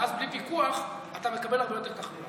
ואז בלי פיקוח אתה מקבל הרבה יותר תחלואה.